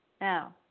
Now